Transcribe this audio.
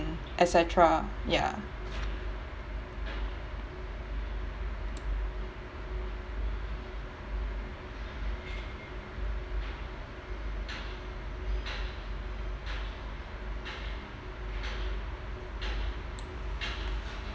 et cetera ya